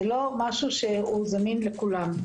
זה לא משהו שהוא זמין לכולם.